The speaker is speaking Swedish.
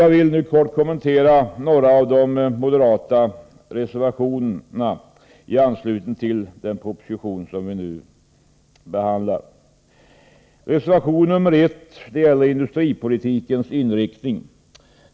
Jag vill nu kort kommentera några av de reservationer moderata samlingspartiet avgivit i anledning av propositionen 1983/84:135.